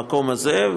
במקום הזה,